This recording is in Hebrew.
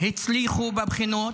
הצליחו בבחינות,